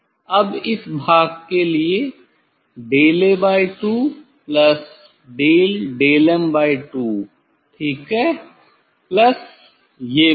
अब इस भाग के लिए delA2deldelm2ठीक है प्लस ये भाग